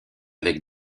avec